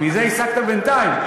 מזה הסקת בינתיים.